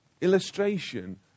illustration